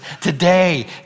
today